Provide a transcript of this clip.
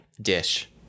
Dish